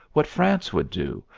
what france would do,